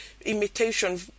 imitation